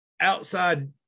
outside